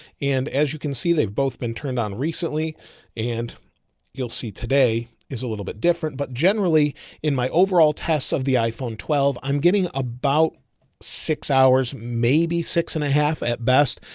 and as you can see, they've both been turned on recently and you'll see today is a little bit different, but generally in my overall test of the iphone twelve, i'm getting about six hours, maybe six and a half at best.